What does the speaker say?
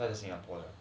他在 singapore